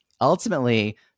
Ultimately